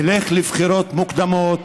נלך לבחירות מוקדמות